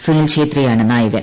സുനിൽ ഛേത്രിയാണ് നായകൻ